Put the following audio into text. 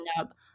up